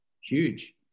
huge